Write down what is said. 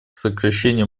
сокращению